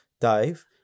Dave